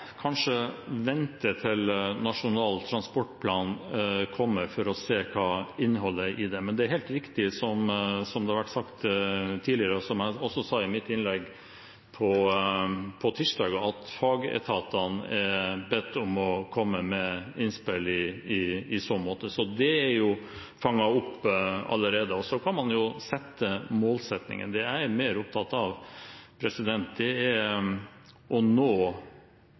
kanskje skal vente til Nasjonal transportplan kommer, for å se hva innholdet i den er. Men det er helt riktig som det har vært sagt tidligere, og som jeg også sa i mitt innlegg på tirsdag, at fagetatene er bedt om å komme med innspill i så måte. Så det er fanget opp allerede. Så kan man jo ha målsettinger, men det jeg er mer opptatt av, er å nå